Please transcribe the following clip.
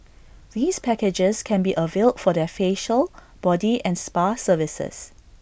these packages can be availed for their facial body and spa services